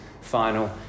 final